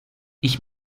ich